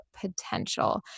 potential